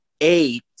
eight